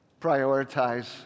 Prioritize